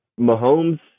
Mahomes